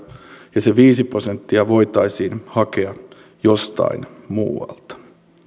ja se viisi prosenttia voitaisiin hakea jostain muualta